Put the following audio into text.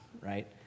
right